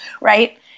Right